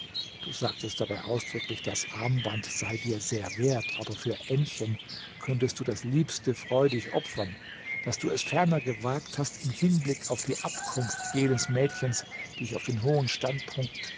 du sagtest dabei ausdrücklich das armband sei dir sehr wert aber für aennchen könntest du das liebste freudig opfern daß du es ferner gewagt hast im hinblick auf die abkunft jenes mädchens dich auf den hohen standpunkt